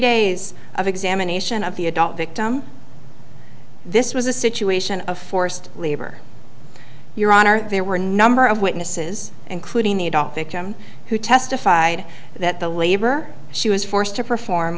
days of examination of the adult victim this was a situation of forced labor your honor there were a number of witnesses including the adult victim who testified that the labor she was forced to perform